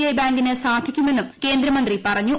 I ബാങ്കിന് സാധിക്കുമെന്നും കേന്ദ്രമന്ത്രി പറഞ്ഞു